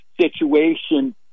situation